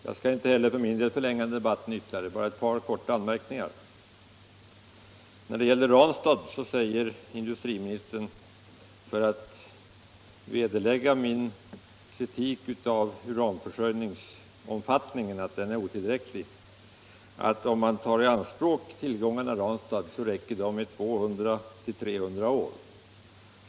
Herr talman! Jag skall inte heller förlänga debatten så mycket, utan vill bara göra ett par korta anmärkningar. När det gäller Ranstad säger industriministern — för att vederlägga min kritik av den otillräckliga uranförsörjningen — att om man tar urantillgångarna i Ranstad i anspråk så räcker de 200-250 år.